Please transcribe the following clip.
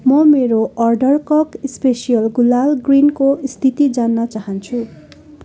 म मेरो अर्डर कक स्पेसियल गुलाल ग्रिनको स्थिति जान्न चाहन्छु